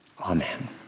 Amen